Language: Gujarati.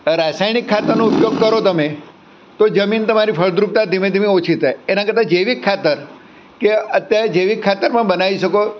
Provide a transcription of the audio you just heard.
રાસાયણિક ખાતરનો ઉપયોગ કરો તમે તો જમીન તમારી ફળદ્રુપતા ધીમે ધીમે ઓછી થાય એના કરતાં જૈવિક ખાતર કે અત્યારે જૈવીક ખાતર પણ બનાવી શકો